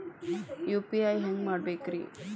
UPI ಹ್ಯಾಂಗ ಮಾಡ್ಕೊಬೇಕ್ರಿ?